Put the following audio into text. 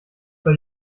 zur